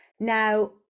Now